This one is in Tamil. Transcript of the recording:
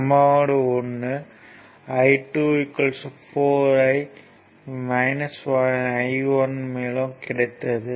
சமன்பாடு 1 I2 4 I1 மூலம் கிடைத்தது